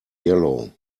yellow